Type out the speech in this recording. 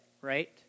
right